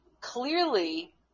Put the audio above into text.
clearly